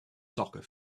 soccer